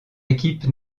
équipe